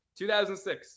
2006